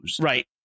right